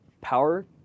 power